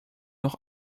noch